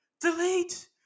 delete